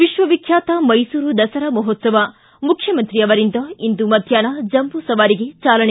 ವಿಶ್ವವಿಖ್ಯಾತ ಮೈಸೂರು ದಸರಾ ಮಹೋತ್ಸವ ಮುಖ್ಯಮಂತ್ರಿ ಅವರಿಂದ ಇಂದು ಮಧ್ದಾಹ್ನ ಜಂಬೂ ಸವಾರಿಗೆ ಚಾಲನೆ